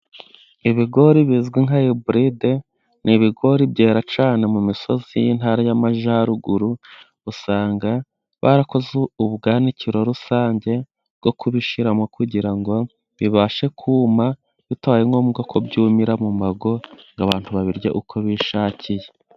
Ibigori bizwi nka iburide, ni ibigori byera cyane mu misozi y'Intara y' Amajyaruguru. Usanga barakoze ububikiro rusange bwo kubishiramo, kugira ngo bibashe kuma bitabaye ngombwa ko byumira mu ngo, ngo abantu babirya uko bishakiye.